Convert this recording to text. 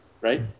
right